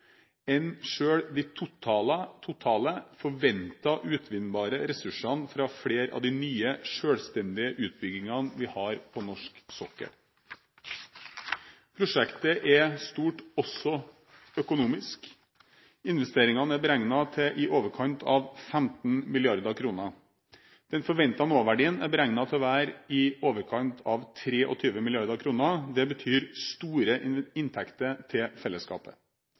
enn selv de totale forventede utvinnbare ressursene fra flere av de nye, selvstendige utbyggingene vi har på norsk sokkel. Prosjektet er stort også økonomisk. Investeringene er beregnet til i overkant av 15 mrd. kr. Den forventede nåverdien er beregnet til å være i overkant av 23 mrd. kr. Det betyr store inntekter til fellesskapet.